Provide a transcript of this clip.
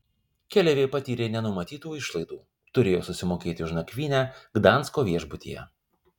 keleiviai patyrė nenumatytų išlaidų turėjo susimokėti už nakvynę gdansko viešbutyje